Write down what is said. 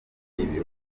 bihugu